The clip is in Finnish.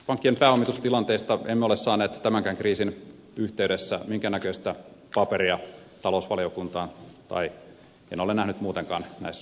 pankkien pääomitustilanteesta emme ole saaneet tämänkään kriisin yhteydessä minkään näköistä paperia talousvaliokuntaan enkä ole nähnyt sellaista muutenkaan näissä yhteyksissä